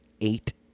eight